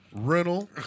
rental